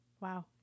Wow